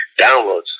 downloads